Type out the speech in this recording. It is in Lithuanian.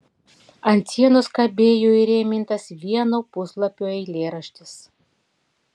ant sienos kabėjo įrėmintas vieno puslapio eilėraštis